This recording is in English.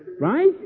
right